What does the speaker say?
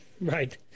Right